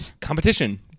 competition